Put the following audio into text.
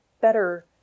better